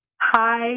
Hi